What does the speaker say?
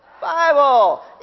Bible